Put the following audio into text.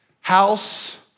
house